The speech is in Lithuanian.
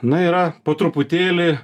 na yra po truputėlį